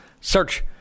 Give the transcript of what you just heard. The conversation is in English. Search